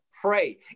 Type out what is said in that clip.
pray